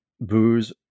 booze